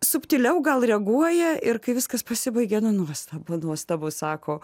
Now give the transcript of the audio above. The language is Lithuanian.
subtiliau gal reaguoja ir kai viskas pasibaigia nu nuostabu nuostabu sako